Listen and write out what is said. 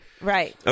Right